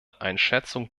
einschätzung